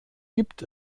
gibt